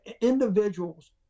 individuals